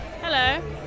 Hello